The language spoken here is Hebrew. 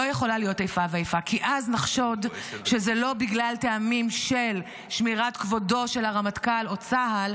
כי אז נחשוד שזה לא מטעמים של שמירת כבודו של הרמטכ"ל או צה"ל,